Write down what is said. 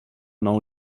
non